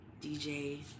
DJ